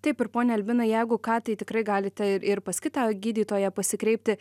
taip ir pone albinai jeigu ką tai tikrai galite ir pas kitą gydytoją pasikreipti